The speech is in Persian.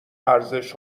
ارزش